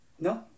No